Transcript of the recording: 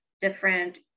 different